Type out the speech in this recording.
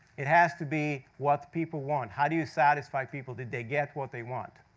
it has to be what people want. how do you satisfy people? did they get what they want?